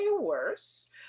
worse